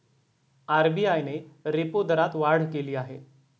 RBI ने repo दरात वाढ केली आहे